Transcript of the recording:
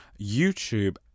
YouTube